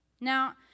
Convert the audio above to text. Now